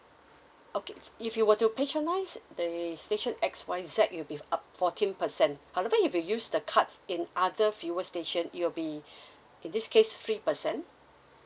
okay if you were to patronise the station X Y Z you'll be up fourteen percent however if you use the card in other fuel station it will be in this case three percent